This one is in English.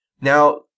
now